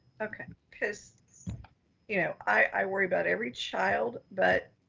okay. cause you know, i worry about every child, but